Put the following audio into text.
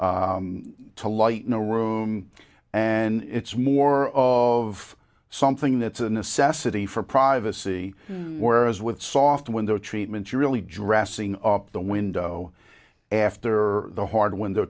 be to light in a room and it's more of something that's a necessity for privacy whereas with soft window treatments you really dressing up the window after the hard window